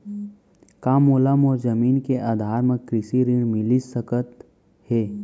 का मोला मोर जमीन के आधार म कृषि ऋण मिलिस सकत हे?